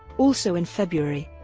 also in february,